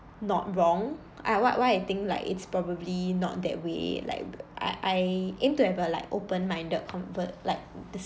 not wrong uh why why I think like it's probably not that way like I I aim to have a like open-minded convert like